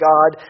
God